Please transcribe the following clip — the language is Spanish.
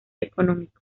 económico